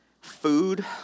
Food